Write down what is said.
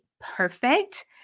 perfect